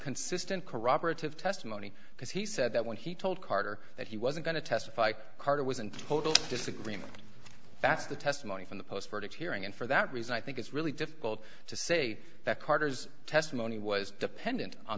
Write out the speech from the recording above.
consistent corroborative testimony because he said that when he told carter that he wasn't going to testify carter was in full disagreement that's the testimony from the post verdict hearing and for that reason i think it's really difficult to say that carter's testimony was dependent on